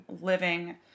living